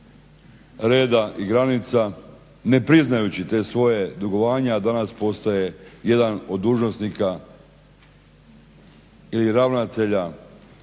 reda i granica, ne priznajući ta svoja dugovanja, a danas postoje jedan od dužnosnika ili ravnatelja